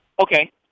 Okay